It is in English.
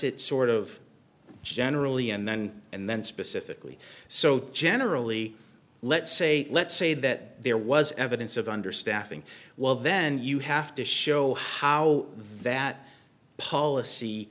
it sort of generally and then and then specifically so generally let's say let's say that there was evidence of understaffing well then you have to show how that policy